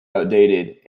outdated